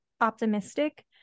optimistic